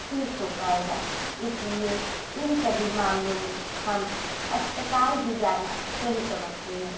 ठीक हो पाएगा इसलिए इन सभी मामलों में हम अस्पताल ही जाना सही समझते हैं